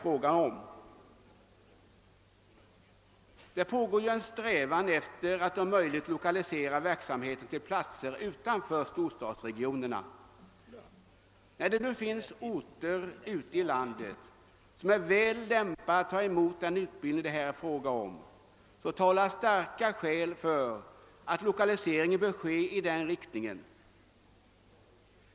Det förekommer som bekant en strävan att om möjligt lokalisera verksamhet till platser utanför storstadsregionerna. Med hänsyn till att det finns orter ute i landet som är väl lämpade att ta emot den utbildning som det är fråga om talar starka skäl för att lokaliseringen bör genomföras efter denna linje.